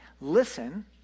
listen